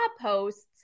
posts